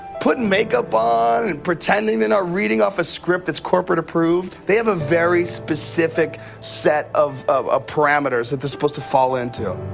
puttin' makeup on and pretending they're not reading off a script that's corporate approved. they have a very specific set of of parameters that they're supposed to fall into.